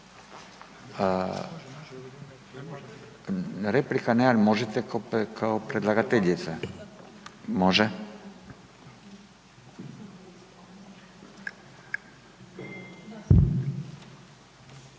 Replika ne, ali možete kao predlagateljica, može.